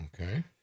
Okay